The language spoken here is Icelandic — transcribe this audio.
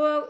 og